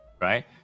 right